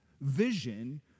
vision